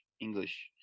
English